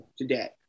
today